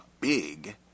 big